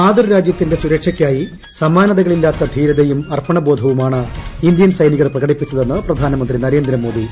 മാതൃ രാജ്യത്തിന്റെ സുരക്ഷയ്ക്കായി സമാനതകളില്ലാത്ത ധീരതയും അർപ്പണബോധവും ആണ് ഇന്ത്യൻ സൈനികർ പ്രക്ടിപ്പിച്ചതെന്ന് പ്രധാ്റ്റമന്ത്രി നരേന്ദ്ര മോദി